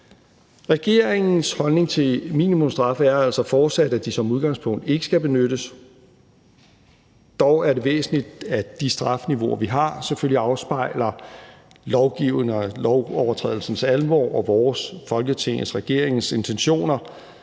Regeringens holdning til minimumsstraffe er altså fortsat, at de som udgangspunkt ikke skal benyttes. Dog er det væsentligt, at de strafniveauer, vi har, selvfølgelig afspejler lovovertrædelsens alvor og vores, Folketingets og regeringens, intentioner.